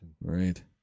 Right